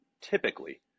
typically